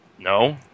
No